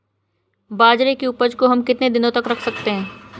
बाजरे की उपज को हम कितने दिनों तक रख सकते हैं?